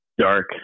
dark